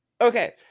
Okay